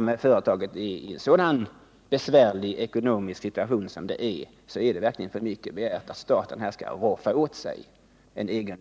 När företaget är i en sådan besvärlig ekonomisk situation som det är, så är det verkligen för mycket begärt att staten här skall roffa åt sig egendom.